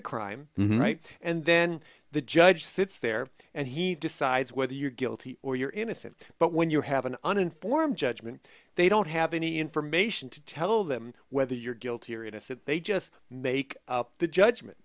a crime right and then the judge sits there and he decides whether you're guilty or you're innocent but when you have an uninformed judgment they don't have any information to tell them whether you're guilty or innocent they just make the judgment